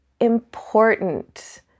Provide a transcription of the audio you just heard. important